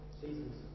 Seasons